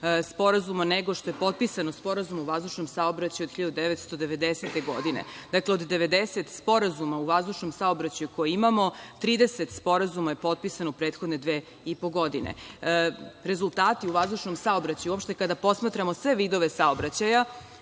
sporazuma nego što je potpisano sporazuma o vazdušnom saobraćaju od 1990. godine. Dakle, od 90 sporazuma o vazdušnom saobraćaju koje imamo, 30 sporazuma je potpisano u prethodne dve i po godine. Rezultati u vazdušnom saobraćaju, uopšte kada posmatramo sve vidove saobraćaja,